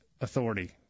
authority